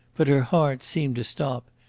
but her heart seemed to stop,